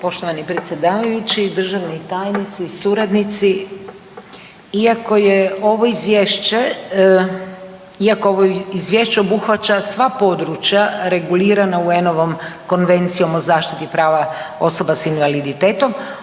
Poštovani predsjedavajući, državni tajnici, suradnici. Iako ovo izvješće obuhvaća sva područja regulirana UN-ovom konvencijom o zaštiti prava osoba s invaliditetom,